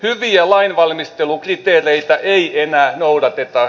hyvän lainvalmistelun kriteereitä ei enää noudateta